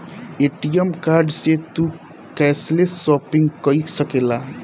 ATM card से तू cashless shopping कई सकेला